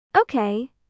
Okay